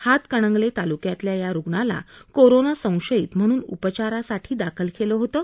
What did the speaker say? हातकणंगले तालुक्यातल्या या रुग्णाला कोरोना संशयित म्हणून उपचारासाठी दाखल केलं होतं